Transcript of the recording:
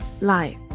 life